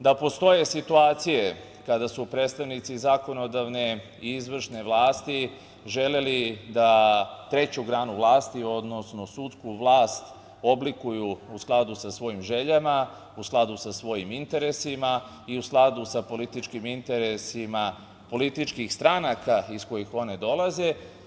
Da, postoje situacije kada su predstavnici zakonodavne i izvršne vlasti želeli da treću granu vlasti, odnosno da sudsku vlast oblikuju u skladu sa svojim željama, u skladu sa svojim interesima i u skladu sa političkim interesima političkih stranaka iz kojih oni dolaze.